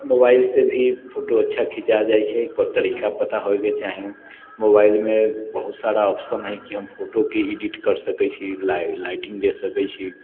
मोबाइलसँ भी फोटो अच्छा खिञ्चा जाइ छै ओकर तरीका पता होइके चाही मोबाइलमे बहुत सारा ऑप्शन हइ कि हम फोटोके एडिट कर सकै छी लाइटिंग दे सकै छी